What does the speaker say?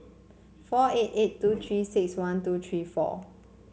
four eight eight two Three six one two three four